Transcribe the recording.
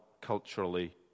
culturally